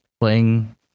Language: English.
Playing